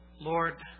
Lord